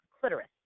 clitoris